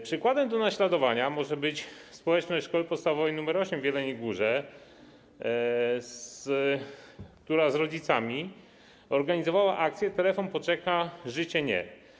Przykładem do naśladowania może być społeczność Szkoły Podstawowej nr 8 w Jeleniej Górze, uczniów wraz z rodzicami, która zorganizowała akcję „Telefon poczeka - życie nie”